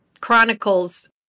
chronicles